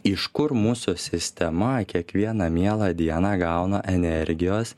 iš kur mūsų sistema kiekvieną mielą dieną gauna energijos